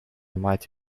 might